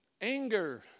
anger